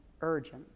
urgent